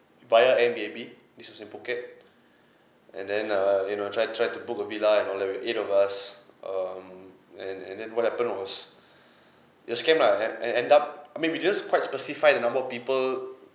via airbnb this was in phuket and then err you know try try to book a villa and all that there were eight of us um and and then what happened was the scam lah and end end up I mean we didn't quite specify the number of people